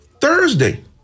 Thursday